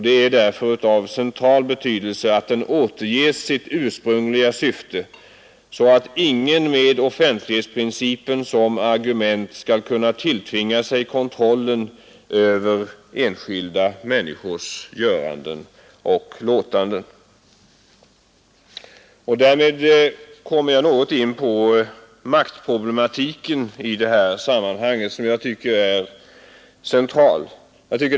Det är därför av central betydelse att den återges sitt ursprungliga syfte, så att ingen med offentlighetsprincipen som argument kan tilltvinga sig kontrollen över enskilda människors göranden och låtanden. Därmed kommer jag något in på maktproblematiken, som jag tycker är central i detta sammanhang.